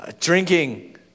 drinking